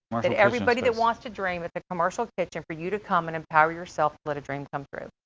that everybody that wants to dream with a commercial kitchen for you to come and empower yourself, let a dream come true.